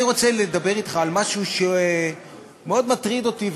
אני רוצה לדבר אתך על משהו שמאוד מטריד אותי,